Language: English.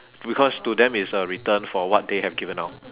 because to them it's a return for what they have given out